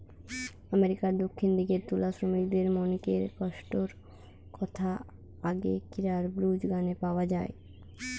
আমেরিকার দক্ষিণ দিকের তুলা শ্রমিকমনকের কষ্টর কথা আগেকিরার ব্লুজ গানে পাওয়া যায়